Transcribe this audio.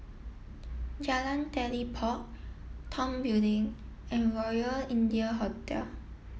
Jalan Telipok Tong Building and Royal India Hotel